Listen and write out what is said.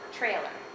trailer